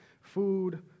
food